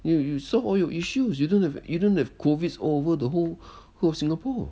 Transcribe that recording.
you you so solve all your issues you don't have you don't have COVID all over the whole whole of singapore